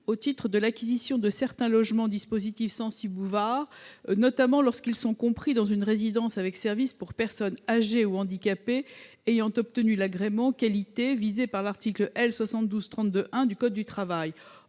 au titre de l'acquisition de certains logements- dispositif Censi-Bouvard -, notamment lorsqu'ils sont compris dans une résidence avec services pour personnes âgées ou handicapées ayant obtenu l'agrément « qualité » visé à l'article L. 7232-1 du code du travail.